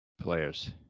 Players